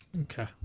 Okay